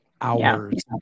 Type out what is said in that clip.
hours